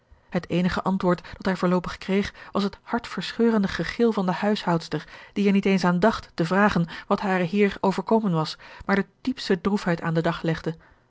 het eenige antwoord dat hij voorloopig kreeg was het hartverscheurende gegil van de huishoudster die er niet eens aan dacht te vragen wat haren heer overkomen was maar de diepste droefheid aan den dag legde